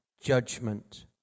judgment